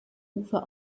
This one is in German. ufer